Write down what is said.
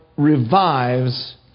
revives